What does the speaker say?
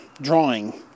drawing